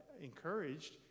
encouraged